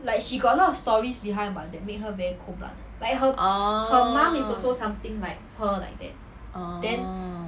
uh